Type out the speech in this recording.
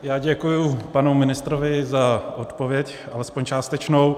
Já děkuji panu ministrovi za odpověď, alespoň částečnou.